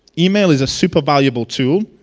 email is a super valuable tool,